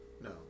No